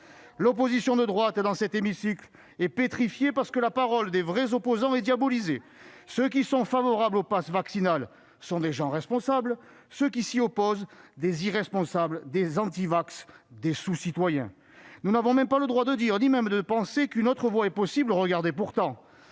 L'opposition de droite dans cet hémicycle est pétrifiée, parce que la parole des vrais opposants est diabolisée. Ceux qui sont favorables au passe vaccinal sont des gens responsables, ceux qui s'y opposent sont des irresponsables, des antivax, des sous-citoyens. Nous n'avons même pas le droit de dire ou de penser qu'une autre voie est possible. Regardez pourtant